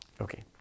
Okay